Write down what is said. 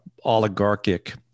oligarchic